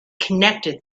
connected